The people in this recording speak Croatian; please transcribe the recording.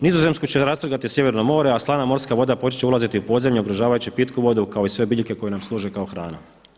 Nizozemsku će rastrgati Sjeverno more a slana morska voda početi će ulaziti u podzemlje i ugrožavati će pitku vodu kao i sve biljke koje nam služe kao hrana.